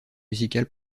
musicale